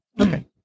Okay